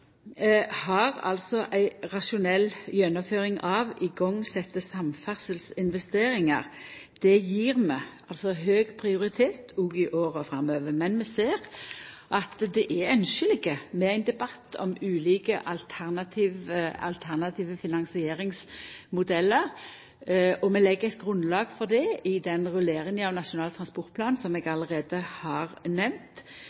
har altså ei rasjonell gjennomføring av igangsette samferdselsinvesteringar. Det gjev vi høg prioritet òg i åra framover. Men vi ser at det er ynskjeleg med ein debatt om ulike alternative finansieringsmodellar, og vi legg eit grunnlag for det i den rulleringa av Nasjonal transportplan som eg